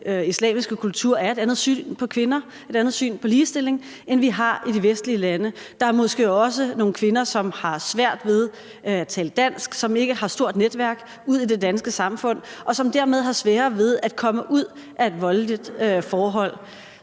islamiske kultur er et andet syn på kvinder og et andet syn på ligestilling end det, vi har i de vestlige lande. Der er måske også nogle kvinder, som har svært ved at tale dansk, som ikke har et stort netværk i det danske samfund, og som dermed har sværere ved at komme ud af et voldeligt forhold.